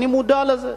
אני מודע לזה.